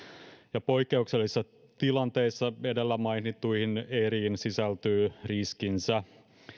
poikkeuksellisissa tilanteissa edellä mainittuihin eriin sisältyy riskinsä